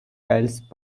else